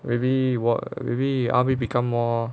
maybe wha~ maybe R_V become more